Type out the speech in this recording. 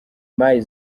mai